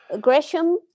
Gresham